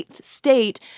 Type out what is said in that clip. state